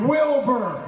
Wilbur